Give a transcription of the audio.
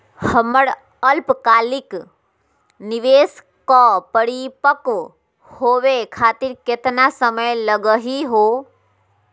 हमर अल्पकालिक निवेस क परिपक्व होवे खातिर केतना समय लगही हो?